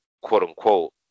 quote-unquote